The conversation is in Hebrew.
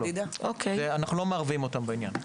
אנחנו לא מערבים אותן בעניין.